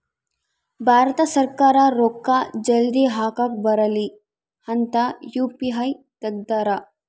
ಭಾರತ ಸರ್ಕಾರ ರೂಕ್ಕ ಜಲ್ದೀ ಹಾಕಕ್ ಬರಲಿ ಅಂತ ಯು.ಪಿ.ಐ ತೆಗ್ದಾರ